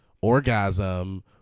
orgasm